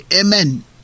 Amen